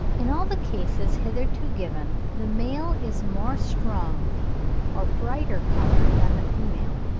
in all the cases hitherto given the male is more strongly or brighter coloured than the female,